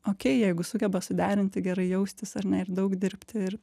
okey jeigu sugeba suderinti gerai jaustis ar ne ir daug dirbti ir